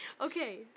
Okay